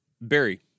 Barry